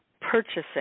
purchasing